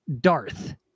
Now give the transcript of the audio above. darth